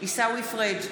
עיסאווי פריג'